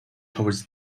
towards